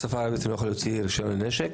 השפה העברית הוא לא יכול להוציא רישיון לנשק?